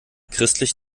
christlich